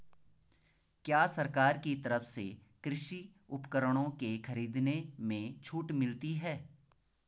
क्या सरकार की तरफ से कृषि उपकरणों के खरीदने में छूट मिलती है?